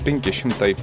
penki šimtai